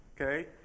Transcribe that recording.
okay